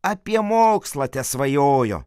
apie mokslą tesvajojo